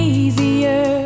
easier